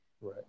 Right